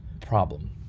problem